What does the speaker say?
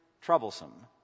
troublesome